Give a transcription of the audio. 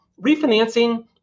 Refinancing